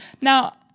Now